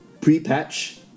pre-patch